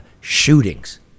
shootings